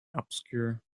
obscure